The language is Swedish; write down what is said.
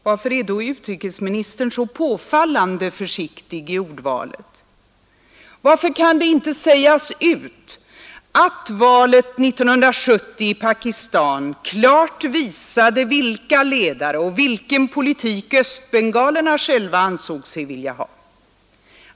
Varför är då utrikesministern så påfallande försiktig i ordvalet? Varför kan det inte sägas ut att valet 1970 i Pakistan klart visade vilka ledare och vilken politik östbengalerna själva ansåg sig vilja ha.